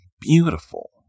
beautiful